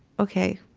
okay,